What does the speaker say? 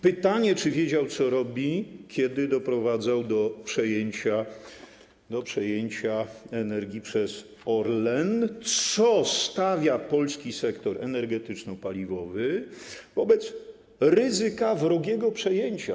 Pytanie, czy wiedział, co robi, kiedy doprowadzał do przejęcia Energi przez Orlen, co stawia polski sektor energetyczno-paliwowy wobec ryzyka wrogiego przejęcia.